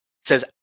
says